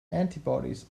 antibodies